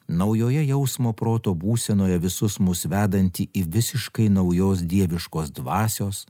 naujoje jausmo proto būsenoje visus mus vedantį į visiškai naujos dieviškos dvasios